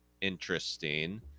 interesting